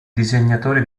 disegnatore